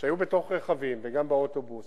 שהיו בתוך הרכבים, גם באוטובוס